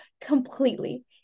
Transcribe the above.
completely